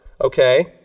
okay